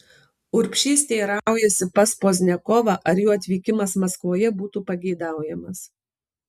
urbšys teiraujasi pas pozniakovą ar jo atvykimas maskvoje būtų pageidaujamas